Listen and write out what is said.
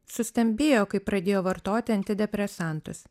sustambėjo kai pradėjo vartoti antidepresantus